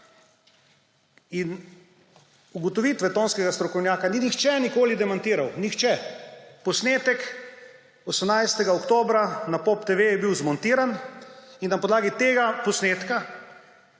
In ugotovitve tonskega strokovnjaka ni nihče nikoli demantiral, nihče. Posnetek 18. oktobra na POP TV je bil zmontiran in na podlagi tega posnetka